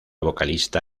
vocalista